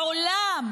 היה לא תהיה.